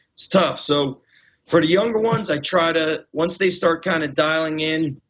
it's tough. so for the younger ones i try to once they start kind of dialing in,